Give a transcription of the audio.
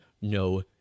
no